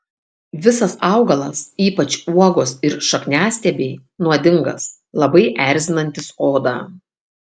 visas augalas ypač uogos ir šakniastiebiai nuodingas labai erzinantis odą